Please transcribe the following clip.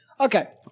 Okay